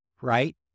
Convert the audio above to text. right